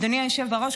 אדוני היושב בראש,